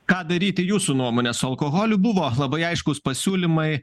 ką daryti jūsų nuomone su alkoholiu buvo labai aiškūs pasiūlymai